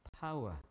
power